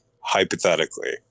hypothetically